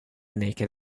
naked